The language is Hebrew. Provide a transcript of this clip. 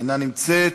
אינה נמצאת.